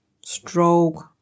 stroke